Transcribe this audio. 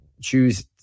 choose